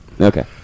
Okay